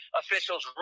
officials